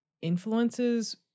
influences